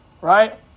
right